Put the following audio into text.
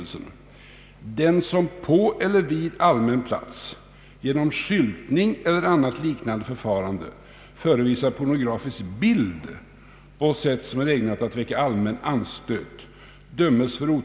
Därav brådskan, herr justitieminister?